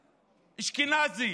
אשכנזי,